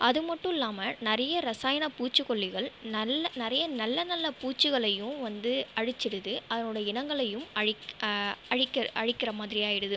அது மட்டும் இல்லாமல் நிறைய ரசாயன பூச்சிக்கொல்லிகள் நல்ல நிறைய நல்ல நல்ல பூச்சிகளையும் வந்து அழித்திடுது அதனுடைய இனங்களையும் அழிக் அழிக்க அழிக்கிற மாதிரி ஆகிடுது